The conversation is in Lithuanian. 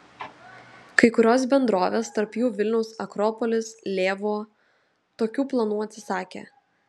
kai kurios bendrovės tarp jų vilniaus akropolis lėvuo tokių planų atsisakė